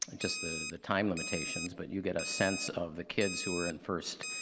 and just the the time limitations. but you get a sense of the kids who were in first,